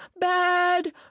bad